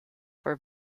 for